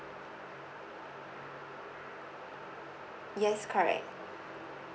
yes correct